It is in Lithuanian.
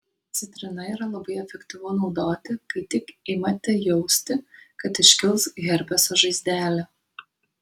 citrina yra labai efektyvu naudoti kai tik imate jausti kad iškils herpeso žaizdelė